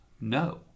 no